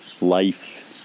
life